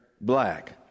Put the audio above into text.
black